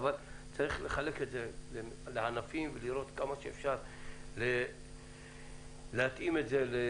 אבל צריך לחלק לענפים ולראות כיצד ניתן להתאים את זה עד